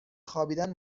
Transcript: خوابیدن